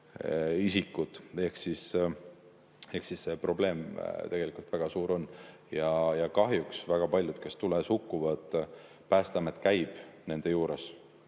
ehk see probleem on tegelikult väga suur. Ja kahjuks väga paljud, kes tules hukkuvad – Päästeamet käib nende juures